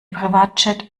privatjet